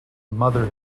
mother